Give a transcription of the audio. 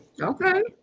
okay